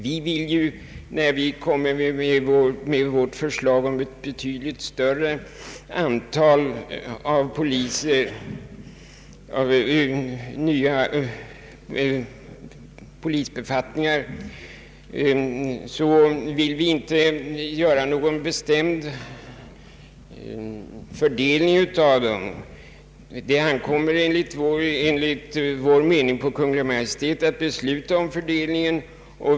Vi vill inte i vårt förslag om ett betydligt större antal nya polisbefattningar göra någon bestämd fördelning. Det ankommer enligt vår mening på Kungl. Maj:t att besluta om fördelningen.